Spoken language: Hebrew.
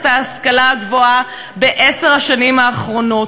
ההשכלה הגבוהה בעשר השנים האחרונות,